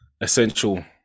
essential